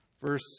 Verse